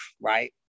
right